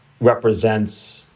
represents